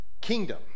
kingdom